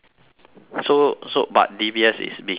so so but D_B_S is bigger than now